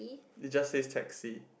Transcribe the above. it just says taxi